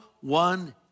one